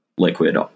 liquid